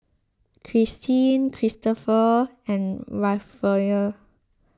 Christeen Kristoffer and Rafael